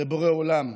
לבורא עולם,